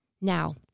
Now